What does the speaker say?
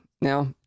Now